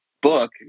book